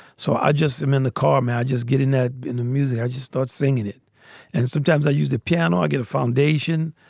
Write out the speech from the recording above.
so i just am in the car, man. just getting it ah in the music. i just start singing it and sometimes i use the piano. i get a foundation,